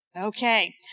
Okay